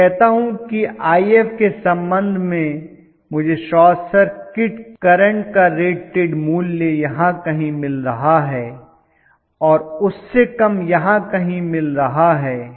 मैं कहता हूं कि If के संबंध में मुझे शॉर्ट सर्किट करंट का रेटेड मूल्य यहां कहीं मिल रहा है और उससे कम यहां कहीं मिल रहा है